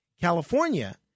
California